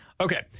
Okay